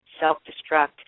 self-destruct